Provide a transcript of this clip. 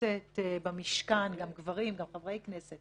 הכנסת במשכן גם גברים, גם חברי כנסת